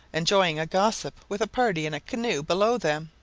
enjoying a gossip with a party in a canoe below them.